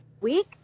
week